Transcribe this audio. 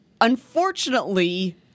unfortunately